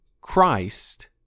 Christ